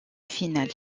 finales